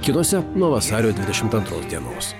kitose nuo vasario dvidešimt antros dienos